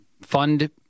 fund